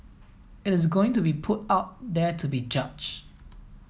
it is going to be put out there to be judge